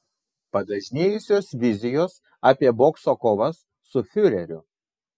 padažnėjusios vizijos apie bokso kovas su fiureriu